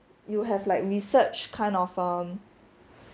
you have like research kind of um